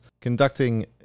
conducting